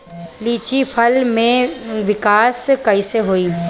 लीची फल में विकास कइसे होई?